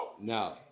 no